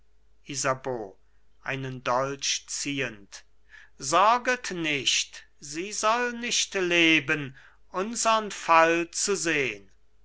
einen dolch ziehend sorget nicht sie soll nicht leben unsern fall zu sehn